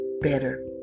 better